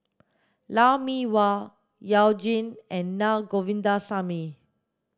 Lou Mee Wah You Jin and Naa Govindasamy